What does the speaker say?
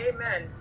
amen